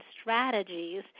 strategies